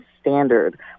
standard